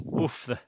oof